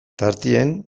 tartean